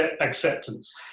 acceptance